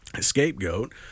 scapegoat